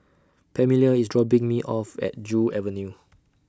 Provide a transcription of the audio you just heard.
Pamelia IS dropping Me off At Joo Avenue